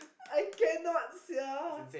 I cannot sia